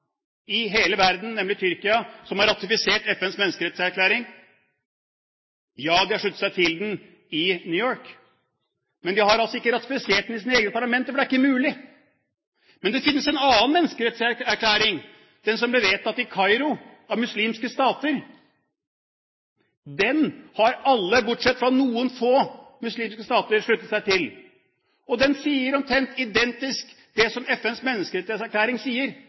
i hele verden, nemlig Tyrkia, som har ratifisert FNs menneskerettighetserklæring? Ja, de har sluttet seg til den i New York, men de har altså ikke ratifisert den i sine egne parlamenter, for det er ikke mulig. Men det finnes en annen menneskerettighetserklæring, den som ble vedtatt i Kairo av muslimske stater. Den har alle muslimske stater, bortsett fra noen få, sluttet seg til. Den er omtrent identisk med FNs menneskerettighetserklæring,